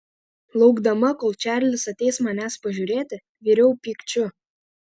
laukdama kol čarlis ateis manęs pažiūrėti viriau pykčiu